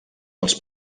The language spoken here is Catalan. dels